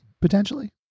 potentially